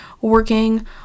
working